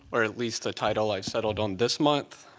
or at least the title i've settled on this month.